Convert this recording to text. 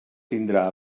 tindrà